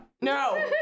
No